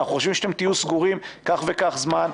אנחנו חושבים שאתם תהיו סגורים כך וכך זמן,